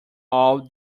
all